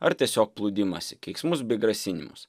ar tiesiog plūdimąsi keiksmus bei grasinimus